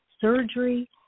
surgery